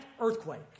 earthquake